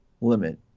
limit